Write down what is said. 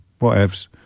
whatevs